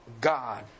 God